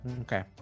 okay